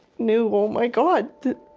knew, oh my god, that